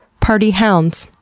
party hounds.